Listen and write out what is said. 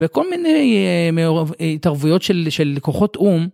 וכל מיני התערבויות של כוחות או"ם.